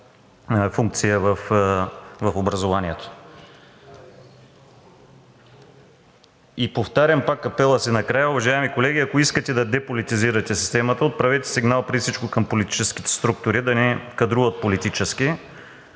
функция в образованието. Повтарям пак апела си накрая, уважаеми колеги, ако искате да деполитизирате системата, отправете сигнал преди всичко към политическите структури да не кадруват политически.